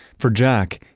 for jack,